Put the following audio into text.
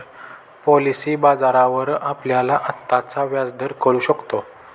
policy बाजारावर आपल्याला आत्ताचा व्याजदर कळू शकतो